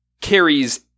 carries